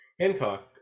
Hancock